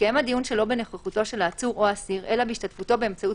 יתקיים הדיון שלא בנוכחותו של העצור או האסיר אלא בהשתתפותו באמצעות